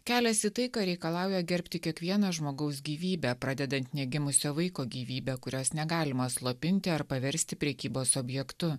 kelias į taiką reikalauja gerbti kiekvieno žmogaus gyvybę pradedant negimusio vaiko gyvybe kurios negalima slopinti ar paversti prekybos objektu